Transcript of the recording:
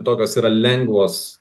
tokios yra lengvos